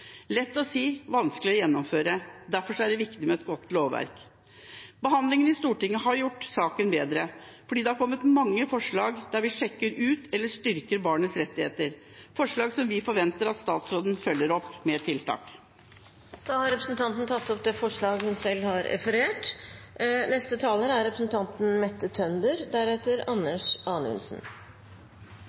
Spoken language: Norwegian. lett å si, men vanskelig å gjennomføre. Derfor er det viktig med et godt lovverk. Behandlingen i Stortinget har gjort saken bedre, fordi det er kommet mange forslag der vi sjekker ut eller styrker barnets rettigheter – forslag som vi forventer at statsråden følger opp med tiltak. Representanten Mandt har tatt opp det forslaget hun